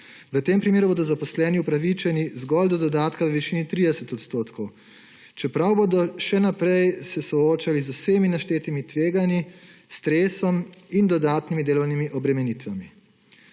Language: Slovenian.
V tem primeru bodo zaposleni upravičeni zgolj do dodatka v višini 30 %, čeprav se bodo še naprej soočali z vsemi naštetimi tveganji, stresom in dodatnimi delovnimi obremenitvami.